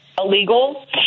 illegal